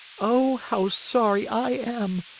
oh, how sorry i am!